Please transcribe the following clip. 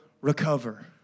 recover